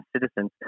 citizens